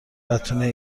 بتونه